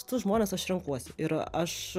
šitus žmones aš renkuosi ir aš